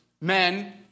men